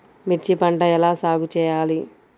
మిర్చి పంట ఎలా సాగు చేయాలి?